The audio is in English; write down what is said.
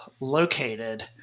located